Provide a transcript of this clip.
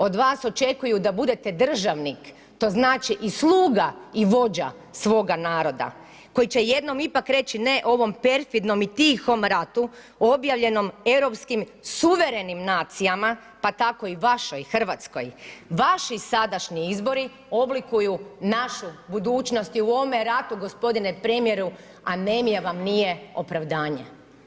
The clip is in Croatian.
Od vas očekuju da budete državnik, to znači i sluga i vođa svoga naroda, koji će jednom ipak reći ne ovom perfirnom i tihom ratu objavljenim europskim suvremenim nacija, pa tako i vašoj, Hrvatskoj, vaši sadašnji izbori oblikuju našu budućnost i u ovome ratu g. premjeru, anemija vam nije opravdanje.